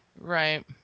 Right